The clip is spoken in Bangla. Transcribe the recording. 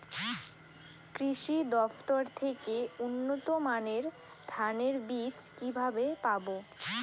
কৃষি দফতর থেকে উন্নত মানের ধানের বীজ কিভাবে পাব?